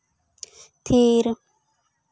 ᱛᱷᱤᱨ